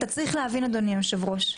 אתה צריך להבין, אדוני היושב-ראש,